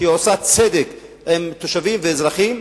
שעושה צדק עם תושבים ואזרחים,